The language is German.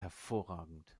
hervorragend